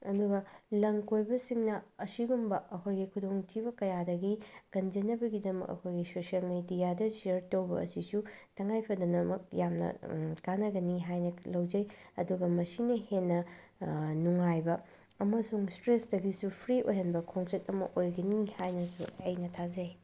ꯑꯗꯨꯒ ꯂꯝꯀꯣꯏꯕꯁꯤꯡꯅ ꯑꯁꯤꯒꯨꯝꯕ ꯑꯩꯈꯣꯏꯒꯤ ꯈꯨꯗꯣꯡꯊꯤꯕ ꯀꯌꯥꯗꯒꯤ ꯀꯟꯖꯅꯕꯒꯤꯗꯃꯛ ꯑꯩꯈꯣꯏꯒꯤ ꯁꯣꯁꯦꯜ ꯃꯦꯗꯤꯌꯥꯗ ꯁꯤꯌꯔ ꯇꯧꯕ ꯑꯁꯤꯁꯨ ꯇꯉꯥꯏꯐꯗꯅꯃꯛ ꯌꯥꯝꯅ ꯀꯥꯟꯅꯒꯅꯤ ꯍꯥꯏꯅ ꯂꯧꯖꯩ ꯑꯗꯨꯒ ꯃꯁꯤꯅ ꯍꯦꯟꯅ ꯅꯨꯡꯉꯥꯏꯕ ꯑꯃꯁꯨꯡ ꯏꯁꯇ꯭ꯔꯦꯁꯇꯒꯤꯁꯨ ꯐ꯭ꯔꯤ ꯑꯣꯏꯍꯟꯕ ꯈꯣꯡꯆꯠ ꯑꯃ ꯑꯣꯏꯒꯅꯤ ꯍꯥꯏꯅꯁꯨ ꯑꯩꯅ ꯊꯥꯖꯩ